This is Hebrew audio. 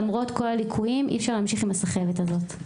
למרות כל הליקויים אי-אפשר להמשיך עם הסחבת הזאת.